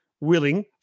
willing